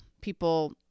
people